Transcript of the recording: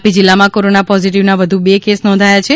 તાપી જિલ્લામાં કોરોના પોઝિટિવના વધુ બે કેસો નોંધાયા છે